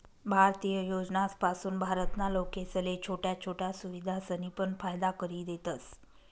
भारतीय योजनासपासून भारत ना लोकेसले छोट्या छोट्या सुविधासनी पण फायदा करि देतस